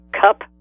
cup